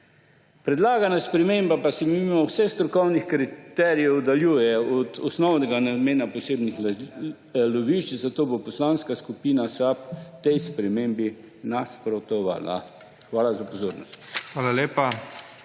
Predlagana sprememba pa se mimo vseh strokovnih kriterijev oddaljuje od osnovnega namena posebnih lovišč, zato bo Poslanska skupina SAB tej spremembi nasprotovala. Hvala za pozornost.